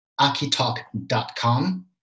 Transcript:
akitalk.com